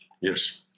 Yes